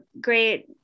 great